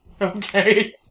okay